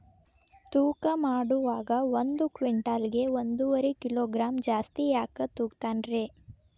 ತೂಕಮಾಡುವಾಗ ಒಂದು ಕ್ವಿಂಟಾಲ್ ಗೆ ಒಂದುವರಿ ಕಿಲೋಗ್ರಾಂ ಜಾಸ್ತಿ ಯಾಕ ತೂಗ್ತಾನ ರೇ?